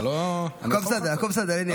הכול בסדר, הכול בסדר.